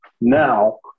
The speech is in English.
now